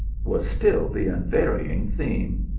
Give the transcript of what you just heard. was still the unvary ing theme.